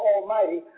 Almighty